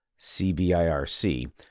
CBIRC